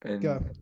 Go